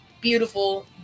beautiful